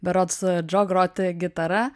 berods džo groti gitara